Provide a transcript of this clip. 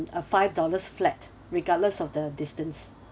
a five dollars flat regardless of the distance